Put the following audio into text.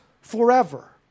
forever